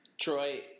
Troy